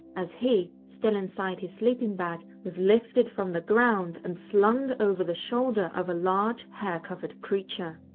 as he still inside his sleeping bag was lifted from the ground and slung over the shoulder of a large, hair-covered creature.